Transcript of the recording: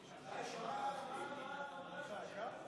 ההוצאה לפועל (תיקון מס' 71)